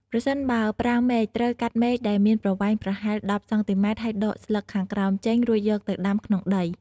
ប្រសិនបើប្រើមែក ត្រូវកាត់មែកដែលមានប្រវែងប្រហែល ១០ សង់ទីម៉ែត្រ ហើយដកស្លឹកខាងក្រោមចេញ រួចយកទៅដាំក្នុងដី។